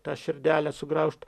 tą širdelę sugraužt